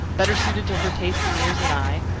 better suited to her tastes and years than i,